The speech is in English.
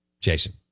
Jason